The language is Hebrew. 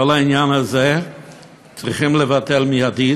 את כל העניין הזה צריכים לבטל מיידית.